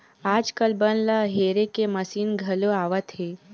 आजकाल बन ल हेरे के मसीन घलो आवत हे